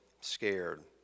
scared